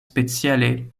speciale